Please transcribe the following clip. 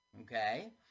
okay